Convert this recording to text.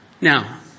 Now